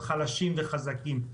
חלשים וחזקים,